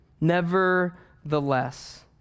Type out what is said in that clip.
Nevertheless